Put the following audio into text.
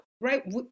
right